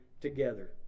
together